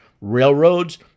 railroads